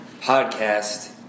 Podcast